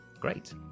great